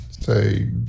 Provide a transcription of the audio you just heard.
say